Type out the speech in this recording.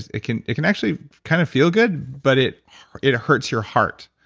it can it can actually kind of feel good, but it it hurts your heart.